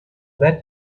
that